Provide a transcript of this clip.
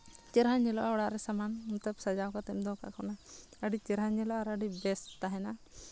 ᱪᱮᱦᱨᱟ ᱧᱮᱞᱚᱜᱼᱟ ᱚᱲᱟᱜ ᱨᱮ ᱥᱟᱢᱟᱱ ᱢᱚᱛᱞᱚᱵ ᱥᱟᱡᱟᱣ ᱠᱟᱛᱮᱢ ᱫᱚᱦᱚ ᱠᱟᱜ ᱠᱷᱟᱱ ᱚᱱᱟ ᱟᱹᱰᱤ ᱪᱮᱦᱨᱟ ᱧᱮᱞᱚᱜᱼᱟ ᱟᱨ ᱟᱹᱰᱤ ᱵᱮᱥ ᱛᱟᱦᱮᱱᱟ